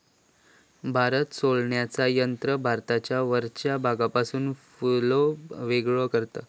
भात सोलण्याचा यंत्र भाताच्या वरच्या भागापासून भुसो वेगळो करता